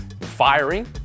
Firing